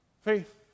Faith